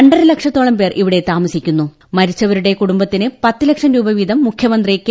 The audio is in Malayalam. രണ്ടരലക്ഷത്തോളം പേർ മരിച്ചവരുടെ കുടുംബത്തിന് പത്ത് ലക്ഷം രൂപ വീതം മുഖ്യമന്ത്രി കെ